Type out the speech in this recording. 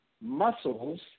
muscles